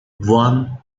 one